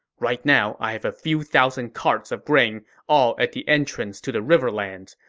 right now, i have a few thousand carts of grain all at the entrance to the riverlands.